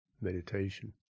meditation